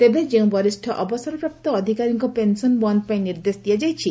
ତେବେ ଯେଉଁ ବରିଷ୍ ଅବସରପ୍ରାପ୍ତ ଅଧିକାରୀଙ୍କ ପେନ୍ସନ ବନ୍ଦ ପାଇଁ ନିର୍ଦ୍ଦେଶ ଦିଆଯାଇଛି